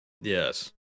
Yes